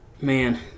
man